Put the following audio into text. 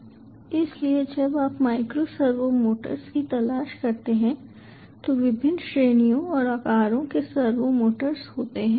इसलिए जब आप माइक्रो सर्वो मोटर्स की तलाश करते हैं तो विभिन्न श्रेणियों और आकारों के सर्वो मोटर्स होते हैं